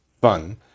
fun